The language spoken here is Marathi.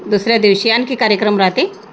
दुसऱ्या दिवशी आणखी कार्यक्रम राहते